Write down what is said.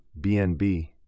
BNB